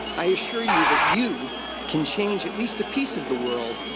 i assure you that you can change at least a piece of the world,